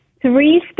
Three